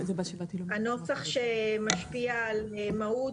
הנוסח שמשפיע על מהות,